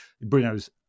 Bruno's